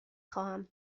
خواهم